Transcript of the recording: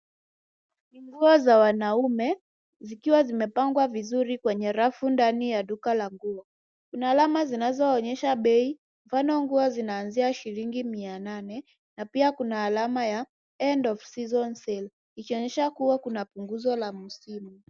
Nguo za wanaume, zikiwa zimepangwa vizuri kwenye rafu ndani ya duka la nguo. Kuna alama zinazoonyesha bei, mfano nguo zinaanzia shilingi mia nane, na pia kuna alama ya end of season sale .Ikionyesha kuwa kuna punguzo la bei la msimu.